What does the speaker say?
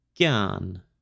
gun